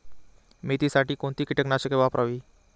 मेथीसाठी कोणती कीटकनाशके वापरावी?